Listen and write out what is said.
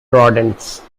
rodents